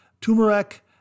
turmeric